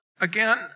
again